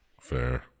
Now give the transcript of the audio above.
Fair